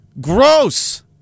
Gross